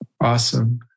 Awesome